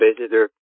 visitor